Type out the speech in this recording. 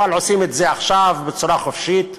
אבל עושים את זה עכשיו בצורה חופשית.